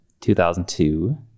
2002